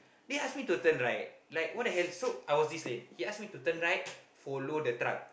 he ask me to turn right like what the hell so I was this lane he ask me to turn right follow the truck